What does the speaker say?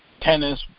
tennis